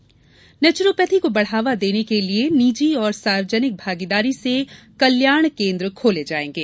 naturopathy naturopathy को बढावा देने के लिए निजी और सार्वजनिक भागीदारी से कल्याण केन्द्र खोले जायेंगे